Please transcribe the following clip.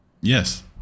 Yes